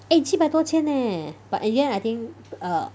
eh 七百多千 leh but in the end I think uh